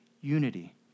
unity